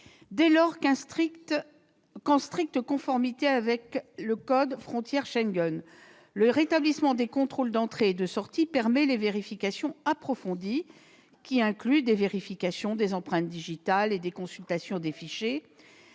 Dès lors qu'en stricte conformité avec le code frontières Schengen le rétablissement des contrôles d'entrée et de sortie permet des vérifications approfondies, qui incluent des vérifications des empreintes digitales et des consultations des fichiers,